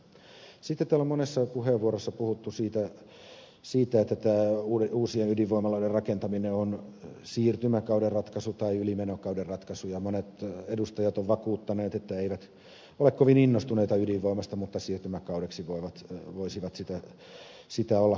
sitten täällä on monessa puheenvuorossa puhuttu siitä että uusien ydinvoimaloiden rakentaminen on siirtymäkauden ratkaisu tai ylimenokauden ratkaisu ja monet edustajat ovat vakuuttaneet että eivät ole kovin innostuneita ydinvoimasta mutta siirtymäkaudeksi voisivat sitä olla kannattamassa